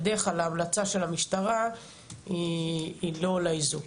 בדרך כלל ההמלצה של המשטרה היא לא לאיזוק,